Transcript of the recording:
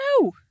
No